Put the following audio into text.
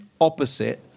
opposite